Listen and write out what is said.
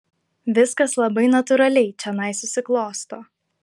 viskas labai natūraliai čionai susiklosto